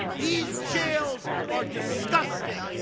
these jails are disgusting.